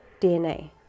DNA